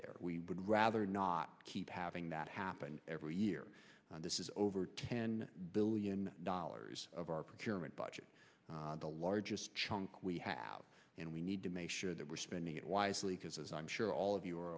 there we would rather not keep having that happen every year this is over ten billion dollars of our procurement budget the largest chunk we have and we need to make sure that we're spending it wisely because as i'm sure all of you are